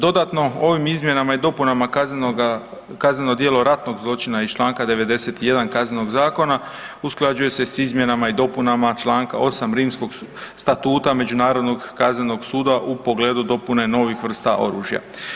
Dodatno, ovim izmjenama i dopunama kaznenoga, kazneno djelo ratnog zločina iz čl. 91 Kaznenog zakona, usklađuje se s izmjenama i dopunama čl. 8 Rimskog statuta Međunarodnog kaznenog suda u pogledu dopune novih vrsta oružja.